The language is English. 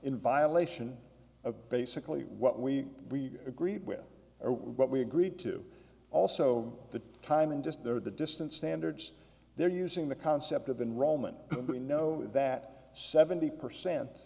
in violation of basically what we agreed with or what we agreed to also the time and just there the distance standards they're using the concept of the roman we know that seventy percent